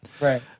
Right